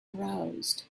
aroused